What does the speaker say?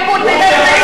איפה הליכוד בימי רביעי?